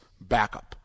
backup